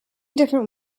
different